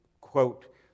quote